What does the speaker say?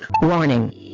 Warning